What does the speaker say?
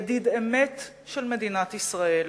ידיד אמת של מדינת ישראל.